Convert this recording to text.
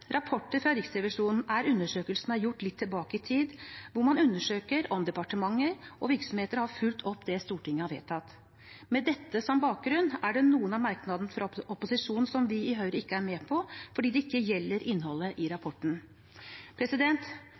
Rapporter fra Riksrevisjonen er undersøkelser som er gjort litt tilbake i tid, hvor man undersøker om departementer og virksomheter har fulgt opp det Stortinget har vedtatt. Med dette som bakgrunn er det noen av merknadene fra opposisjonen som vi i Høyre ikke er med på, fordi det ikke gjelder innholdet i rapporten.